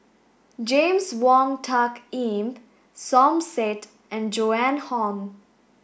James Wong Tuck Yim Som Said and Joan Hon